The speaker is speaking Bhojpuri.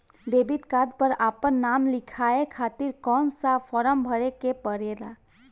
डेबिट कार्ड पर आपन नाम लिखाये खातिर कौन सा फारम भरे के पड़ेला?